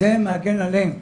זה מגן עליהם.